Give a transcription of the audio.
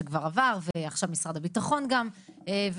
שכבר עבר ועכשיו משרד הביטחון גם בתהליך.